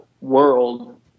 world